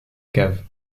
cave